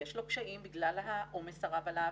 יש לו קשיים בגלל העומס הרב עליו,